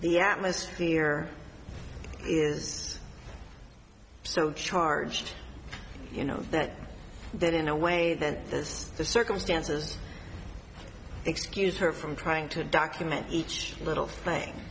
the atmosphere is so charged you know that that in a way that just the circumstances excuse her from trying to document each little thing